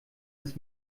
des